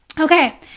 okay